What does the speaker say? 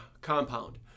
compound